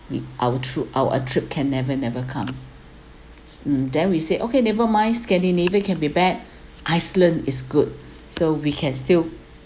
with our true our uh trip can never never come mm then we say okay never mind scandinavia can be bad iceland is good so we can still